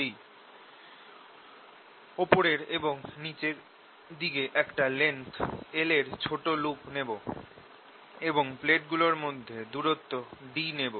E B∂t ওপরের এবং নিচের দিকে একটা লেংথ l এর ছোট লুপ নেব এবং প্লেট গুলোর মধ্যে দূরত্ব d নেব